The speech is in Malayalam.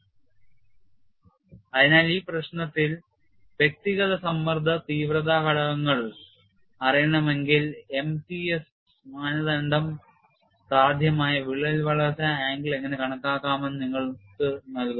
Condition for crack instability അതിനാൽ ഈ പ്രശ്നത്തിൽ വ്യക്തിഗത സമ്മർദ്ദ തീവ്രത ഘടകങ്ങൾ അറിയാമെങ്കിൽ MTS മാനദണ്ഡം സാധ്യമായ വിള്ളൽ വളർച്ചാ ആംഗിൾ എങ്ങനെ കണക്കാക്കാമെന്ന് നിങ്ങൾക്ക് നൽകുന്നു